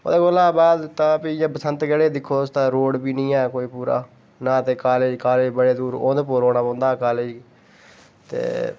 ओह्दे कोला बाद प्ही इं'या बसंतगढ़ै गी दिक्खो ता रोड़ बी निं ऐ कोई पूरा ना ते कॉलेज कॉलेज बड़ी दूर उधमपुर औना पौंदा कॉलेज ते